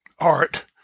art